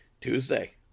Tuesday